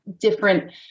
different